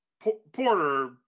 Porter